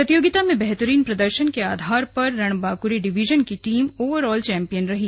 प्रतियोगिता में बेहतरीन प्रदर्शन के आधार पर रणबांक्रे डिवीजन की टीम ओवर ऑल चैंपियन रही